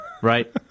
Right